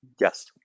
Yes